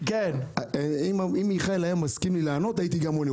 אם מיכאל היה מסכים לי לענות, הייתי גם עונה.